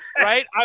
right